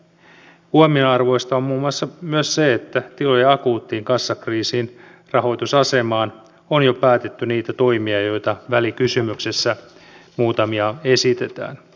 huomionarvoista on muun muassa myös se että tilojen akuuttiin kassakriisiin rahoitusasemaan on jo päätetty niitä muutamia toimia joita välikysymyksessä esitetään